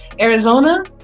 Arizona